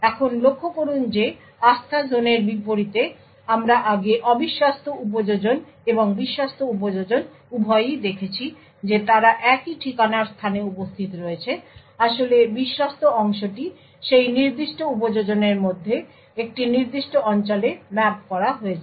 এখন লক্ষ্য করুন যে আস্থাজোনের বিপরীতে আমরা আগে অবিশ্বস্ত উপযোজন এবং বিশ্বস্ত উপযোজন উভয়ই দেখেছি যে তারা একই ঠিকানার স্থানে উপস্থিত রয়েছে আসলে বিশ্বস্ত অংশটি সেই নির্দিষ্ট উপযোজনের মধ্যে একটি নির্দিষ্ট অঞ্চলে ম্যাপ করা হয়েছে